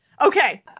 Okay